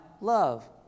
love